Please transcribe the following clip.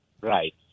Right